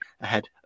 ahead